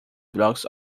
blocks